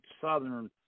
southern